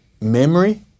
memory